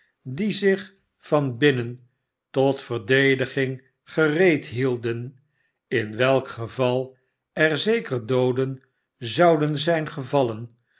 die zich van binnen tot verdediging gereedhielden in welk geval er zeker dooden zouden zijn gevallen